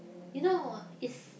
you know it's